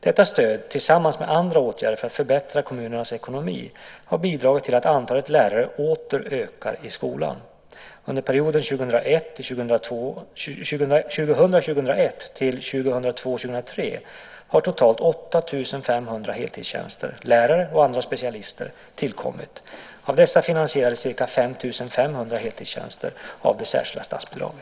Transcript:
Detta stöd, tillsammans med andra åtgärder för att förbättra kommunernas ekonomi, har bidragit till att antalet lärare åter ökar i skolan. Under perioden 2000 03 har totalt 8 500 heltidstjänster - lärare och andra specialister - tillkommit. Av dessa finansierades ca 5 500 heltidstjänster av det särskilda statsbidraget.